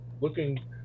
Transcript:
looking